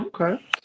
Okay